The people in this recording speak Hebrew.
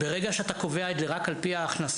ברגע שאתה קובע את זה רק על פי ההכנסה,